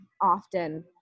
often